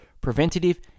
Preventative